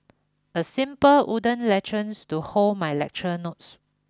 a simple wooden lectures to hold my lecture notes